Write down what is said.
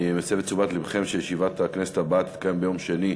אני מסב את תשומת לבכם לכך שישיבת הכנסת הבאה תתקיים ביום שני,